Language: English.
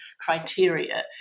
criteria